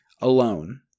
alone